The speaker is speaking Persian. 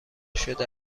شده